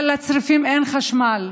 אבל לצריפים אין חשמל.